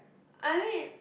I mean